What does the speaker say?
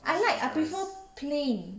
I like I prefer plain